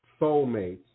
soulmates